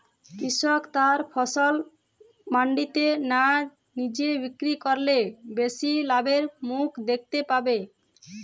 কৃষক তার ফসল মান্ডিতে না নিজে বিক্রি করলে বেশি লাভের মুখ দেখতে পাবে?